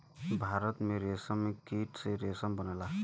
भारत में रेशमकीट से रेशम बनला